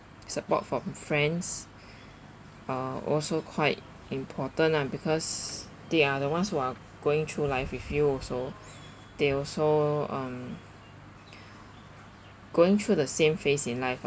support from friends are also quite important ah because they are the ones who are going through life with you also they also um going through the same phase in life ah